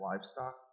livestock